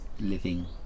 living